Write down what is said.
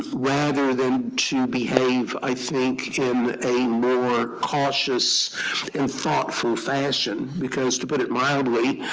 rather than to behave, i think, in a more cautious and thoughtful fashion? because to put it mildly,